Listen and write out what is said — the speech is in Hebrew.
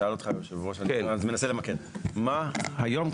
שאל אותך היושב-ראש אני מנסה למקד כשאתה היום,